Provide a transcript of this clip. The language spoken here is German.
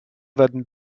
werden